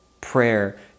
prayer